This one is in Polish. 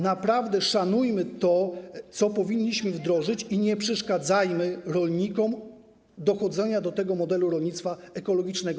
Naprawdę szanujmy to, co powinniśmy wdrożyć, i nie przeszkadzajmy rolnikom w dochodzeniu do tego modelu rolnictwa ekologicznego.